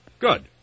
Good